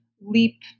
leap